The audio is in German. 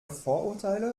vorurteile